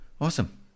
Awesome